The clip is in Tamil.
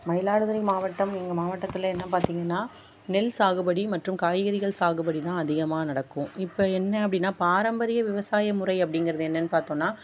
மயிலாடுதுறை மாவட்டம் எங்கள் மாவட்டத்தில் என்ன பார்த்தீங்கன்னா நெல் சாகுபடி மற்றும் காய்கறிகள் சாகுபடி தான் அதிகமாக நடக்கும் இப்போ என்ன அப்படின்னா பாரம்பரிய விவசாய முறை அப்படிங்கிறது என்னன்னு பார்த்தோன்னா